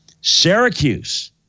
Syracuse